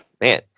man